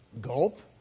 gulp